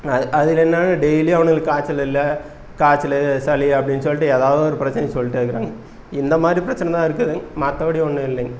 அ அது ரெண்டு நாள் டெய்லியும் அவனுகளுக்கு காய்ச்சல் இல்லை காய்ச்சல் சளி அப்படின்னு சொல்லிட்டு ஏதாவது ஒரு பிரச்சினைய சொல்லிட்டே இருக்கிறாங்க இந்த மாதிரி பிரச்சின தான் இருக்குது மற்றபடி ஒன்றும் இல்லைங்க